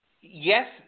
Yes